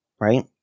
right